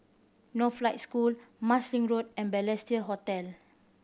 Northlight School Marsiling Road and Balestier Hotel